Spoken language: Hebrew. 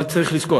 אבל צריך לזכור